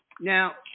Now